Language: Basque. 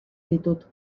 ditut